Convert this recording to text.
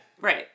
Right